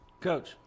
Coach